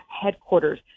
headquarters